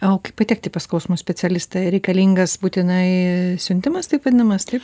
o kaip patekti pas skausmo specialistą reikalingas būtinai siuntimas taip vadinamas taip